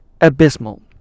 abysmal